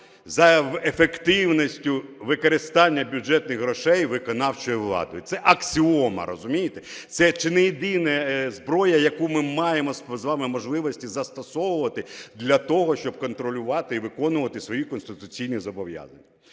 за ефективністю використання бюджетних грошей виконавчою владою. Це аксіома, розумієте. Це чи не єдина зброя, яку ми маємо з вами можливості застосовувати для того, щоб контролювати і виконувати свої конституційні зобов'язання.